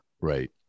Right